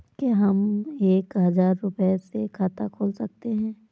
क्या हम एक हजार रुपये से खाता खोल सकते हैं?